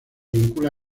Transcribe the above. vincula